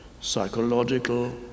psychological